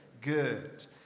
Good